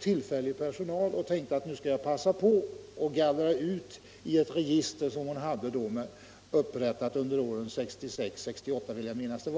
tillfällig personal och tänkte att hon skulle passa på att gallra ut i ett register som var upprättat under åren 1966-1968, vill jag minnas.